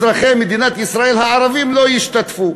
אזרחי מדינת ישראל הערבים, לא ישתתפו.